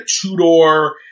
two-door